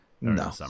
No